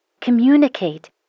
communicate